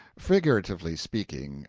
figuratively speaking,